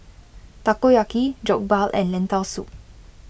Takoyaki Jokbal and Lentil Soup